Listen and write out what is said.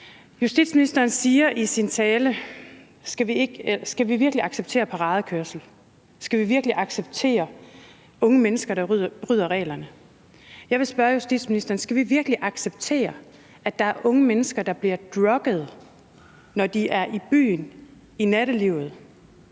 Justitsministeren siger i sin tale: Skal vi virkelig acceptere paradekørsel – skal vi virkelig acceptere unge mennesker, der bryder reglerne? Jeg vil spørge justitsministeren: Skal vi virkelig acceptere, at der er unge mennesker, der bliver drugget, når de er i byen i nattelivet?